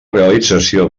realització